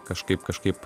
kažkaip kažkaip